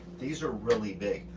these are really big.